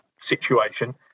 situation